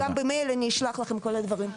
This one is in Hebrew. גם במייל אני אשלח לכם את כל הדברים.